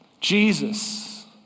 Jesus